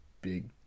big